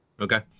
Okay